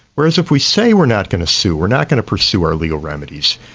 whereas if we say we're not going to sue, we're not going to pursue our legal remedies,